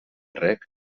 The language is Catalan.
rec